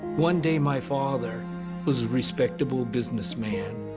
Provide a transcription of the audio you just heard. one day, my father was a respectable businessman.